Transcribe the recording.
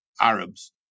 Arabs